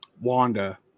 Wanda